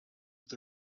with